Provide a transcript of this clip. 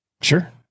Sure